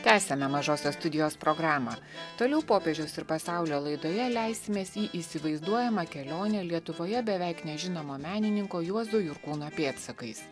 tęsiame mažosios studijos programą toliau popiežiaus ir pasaulio laidoje leisimės į įsivaizduojamą kelionę lietuvoje beveik nežinomo menininko juozo jurkūno pėdsakais